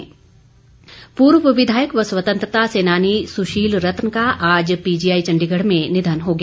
सुशील रतन पूर्व विधायक व स्वतंत्रता सेनानी सुशील रतन का आज पीजीआई चण्डीगढ़ में निधन हो गया